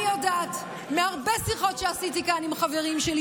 אני יודעת מהרבה שיחות שעשיתי כאן עם חברים שלי,